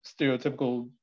stereotypical